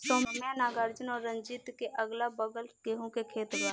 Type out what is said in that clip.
सौम्या नागार्जुन और रंजीत के अगलाबगल गेंहू के खेत बा